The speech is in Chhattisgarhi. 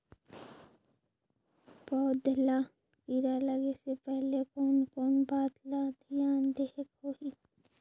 पौध ला कीरा लगे से पहले कोन कोन बात ला धियान देहेक होही?